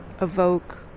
evoke